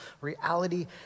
reality